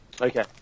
Okay